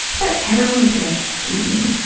i thought everyone was going to hate me.